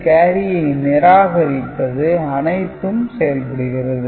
கேரியை நிராகரிப்பது அனைத்தும் செயல்படுகிறது